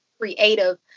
creative